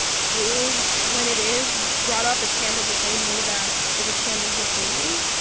schools, when it is brought up, it's handled the same way that it was handled with me,